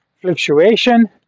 fluctuation